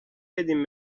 بدین